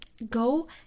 Go